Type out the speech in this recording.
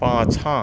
पाछाँ